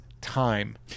time